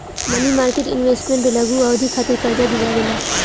मनी market instruments भी लघु अवधि खातिर कार्जा दिअवावे ला